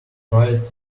tried